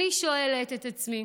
אני שואלת את עצמי: